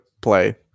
play